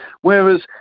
whereas